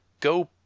go